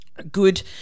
Good